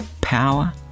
Power